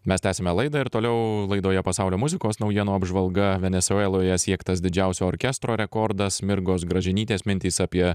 mes tęsiame laidą ir toliau laidoje pasaulio muzikos naujienų apžvalga venesueloje siektas didžiausio orkestro rekordas mirgos gražinytės mintys apie